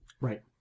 Right